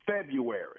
February